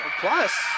Plus